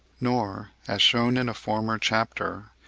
nor, as shewn in a former chapter,